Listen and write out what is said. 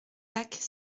lacs